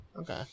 Okay